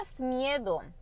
miedo